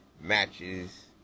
matches